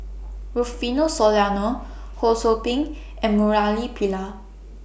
Rufino Soliano Ho SOU Ping and Murali Pillai